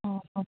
ꯑꯥ ꯑꯥ